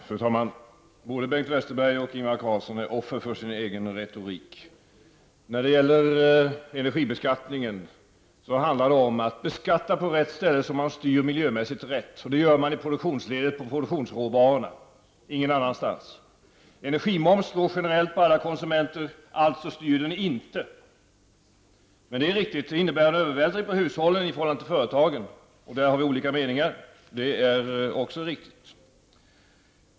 Fru talman! Både Bengt Westerberg och Ingvar Carlsson är offer för sin egen retorik! När det gäller energibeskattningen handlar det om att beskatta på rätt ställe så att man styr miljömässigt rätt, och det gör man i produktionsledet och på produktionsråvarorna. Ingen annanstans! Energimomsen slår generellt på alla konsumenter, alltså styr den inte i miljömässigt hänseende. Men det är riktigt att den innebär en övervältring på hushållen i förhållande till företagen. På denna punkt har vi olika meningar.